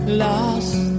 lost